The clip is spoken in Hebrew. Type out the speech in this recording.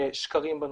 שקרים בנושא.